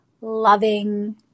loving